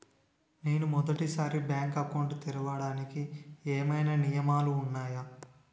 నేను మొదటి సారి బ్యాంక్ అకౌంట్ తెరవడానికి ఏమైనా నియమాలు వున్నాయా?